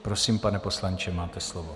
Prosím, pane poslanče, máte slovo.